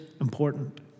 important